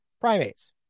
primates